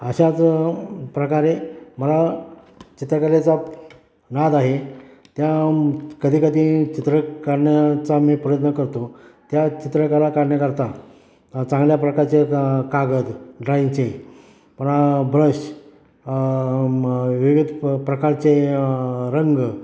अशाच प्रकारे मला चित्रकलेचा नाद आहे त्या कधी कधी चित्र काढण्याचा मी प्रयत्न करतो त्या चित्रकला काढण्याकरता चांगल्या प्रकारचे का कागद ड्रॉईंगचे प्रा ब्रश मग विविध प प्रकारचे रंग